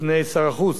שלא נמצא כאן היום,